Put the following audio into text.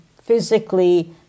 physically